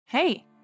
Hey